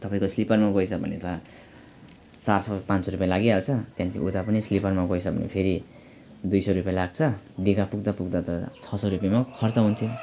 तपाईँको स्लिपरमा गए छ भने त चार सय पाँच सय रुप्पे लागिहाल्छ त्यहाँदेखि उता पनि स्लिपरमा गए छ भने फेरि दुई सय रुप्पे लाग्छ दिघा पुग्दा पुग्दा त छ सय रुप्पेमा खर्च हुन्थ्यो होइन